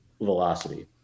velocity